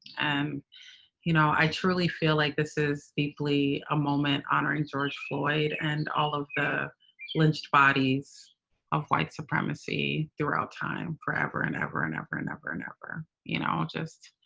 um you know, i truly feel like this is deeply a moment honoring george floyd and all of the lynched bodies of white supremacy throughout time, forever and ever and ever and ever and ever. you know, just.